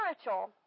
spiritual